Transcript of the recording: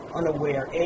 unaware